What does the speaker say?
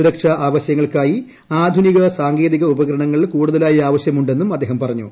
സുരക്ഷാ ആവശ്യങ്ങൾക്കായി ആധുനിക സാങ്കേതിക ഉപകരണങ്ങൾ കൂടുതലായി ആവശ്യമുണ്ടെന്നും അദ്ദേഹം പറഞ്ഞു